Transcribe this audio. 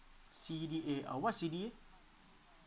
C_D_A uh what is C_D_A